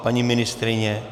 Paní ministryně?